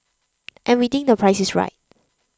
and we think the price is right